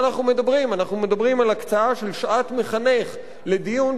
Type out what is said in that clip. אנחנו מדברים על הקצאה של שעת מחנך לדיון בסוגיה,